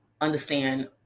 understand